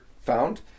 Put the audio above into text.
found